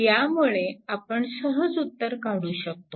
त्यामुळे आपण सहज उत्तर काढू शकतो